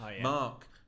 Mark